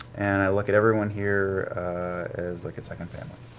and i look at everyone here as like a second family.